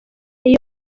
iyo